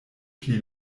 pli